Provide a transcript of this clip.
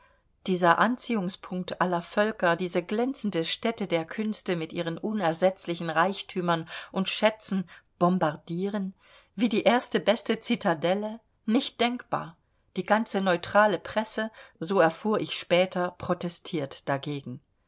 dieser anziehungspunkt aller völker diese glänzende stätte der künste mit ihren unersetzlichen reichtümern und schätzen bombardieren wie die erste beste citadelle nicht denkbar die ganze neutrale presse so erfuhr ich später protestiert dagegen